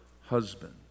husband